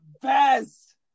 best